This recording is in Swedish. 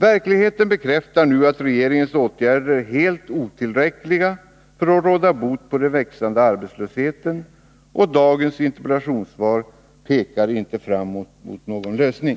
Verkligheten bekräftar nu att regeringens åtgärder är helt otillräckliga för att råda bot på den växande arbetslösheten. Dagens interpellationssvar pekar inte framåt mot någon lösning.